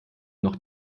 noch